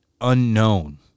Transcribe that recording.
unknown